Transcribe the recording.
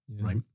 Right